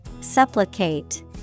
Supplicate